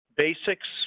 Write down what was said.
Basics